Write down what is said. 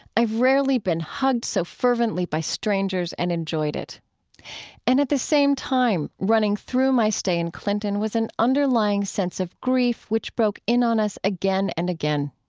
i've rarely been hugged so fervently by strangers and enjoyed it and at the same time, running through my stay in clinton was an underlying sense of grief which broke in on us again and again.